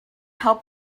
help